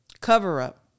cover-up